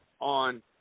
on